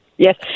Yes